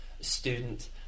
student